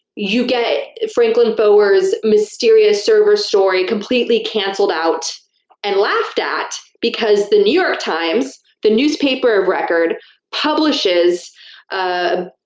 you get franklin foer's mysterious server story completely canceled out and laughed at because the new york times, the newspaper of record publishes ah